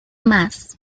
más